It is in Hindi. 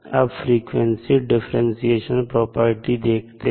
अब फ्रीक्वेंसी डिफरेंटशिएशन प्रॉपर्टी देखते हैं